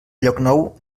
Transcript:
llocnou